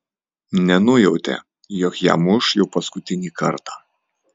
nenujautė jog ją muš jau paskutinį kartą